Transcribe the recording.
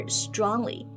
strongly